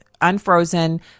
unfrozen